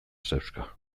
zauzka